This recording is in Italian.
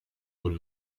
col